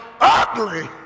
ugly